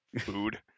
food